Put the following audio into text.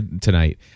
tonight